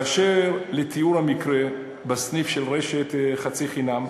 באשר לתיאור המקרה בסניף של רשת "חצי חינם",